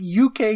UK